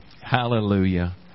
Hallelujah